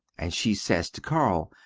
and she sez to carl,